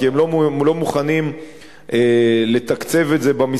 כי הם לא מוכנים לתקצב את זה במשרד,